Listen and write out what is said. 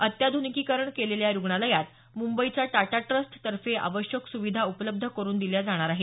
अत्याध्निकीकरण केलेल्या या रुग्णालयात मुंबईच्या टाटा ट्रस्ट तर्फे अत्यावश्यक सुविधा उपलब्ध करुन दिल्या जाणार आहेत